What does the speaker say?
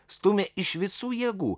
stūmė iš visų jėgų